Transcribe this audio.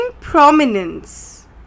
prominence